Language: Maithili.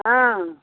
हँ